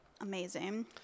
amazing